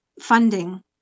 funding